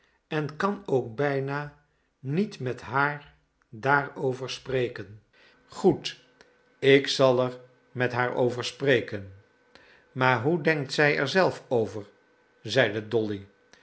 en kan ook bijna niet met hem daarover spreken goed ik zal er met haar over spreken maar hoe denkt zij er zelf over zeide dolly